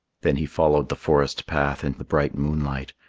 then he followed the forest path in the bright moonlight,